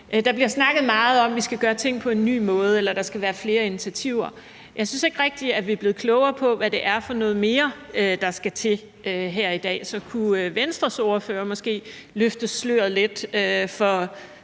Der bliver snakket meget om, at vi skal gøre ting på en ny måde, eller at der skal være flere initiativer. Jeg synes ikke rigtig, vi er blevet klogere på her i dag, hvad det er for noget mere, der skal til. Så kunne Venstres ordfører måske løfte sløret lidt for